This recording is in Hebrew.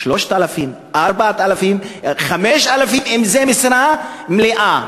3,000, 4,000, 5,000, אם זה משרה מלאה.